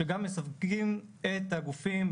שגם מסווגים את הגופים,